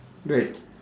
right